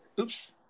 Oops